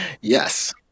Yes